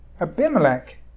Abimelech